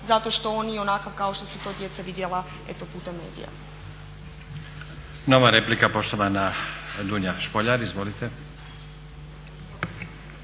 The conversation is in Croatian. zato što on nije onakav kao što su to djeca vidjela eto putem medija.